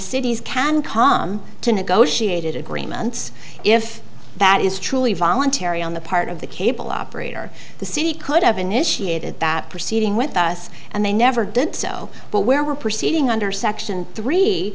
cities can com to negotiated agreements if that is truly voluntary on the part of the cable operator the city could have initiated that proceeding with us and they never did so but where we're proceeding under section three